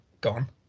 gone